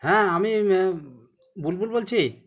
হ্যাঁ আমি বুলবুল বলছি